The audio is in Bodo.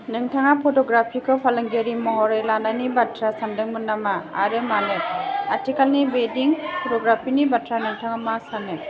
नोंथाङा फट'ग्राफिखौ फालांगियारि महरै लानायनि बाथ्रा सानदोंमोन नामा आरो मानो आथिखालनि वेदिं फट'ग्राफिनि बाथ्रा नोंथाङा मा सानो